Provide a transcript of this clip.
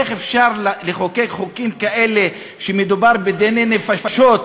איך אפשר לחוקק חוקים כאלה כשמדובר בדיני נפשות,